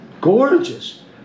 gorgeous